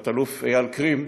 תת-אלוף אייל קרים,